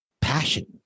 passion